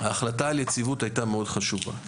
ההחלטה על יציבות הייתה חשובה מאוד.